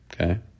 okay